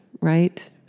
right